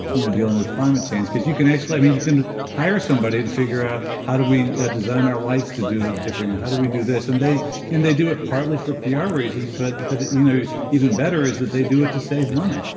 you know, dealing with climate change, because you can actually i mean, you can hire somebody to figure out, how do we ah design our lights to do it differently? how do we do this? and they and they do it partly for pr reasons, but, but you know, even better is that they do it to save money.